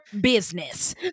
business